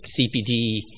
CPD